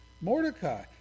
Mordecai